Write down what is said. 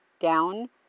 down